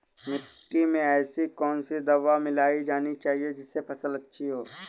मिट्टी में ऐसी कौन सी दवा मिलाई जानी चाहिए जिससे फसल अच्छी हो?